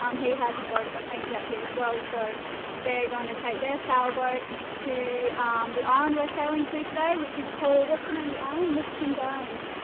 um he has a boat that's anchored out here as well, so they're gonna take their sail boat to the island we're sailing to today, which is called, what's the name of the island? nixon's island?